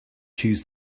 choose